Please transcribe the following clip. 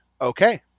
Okay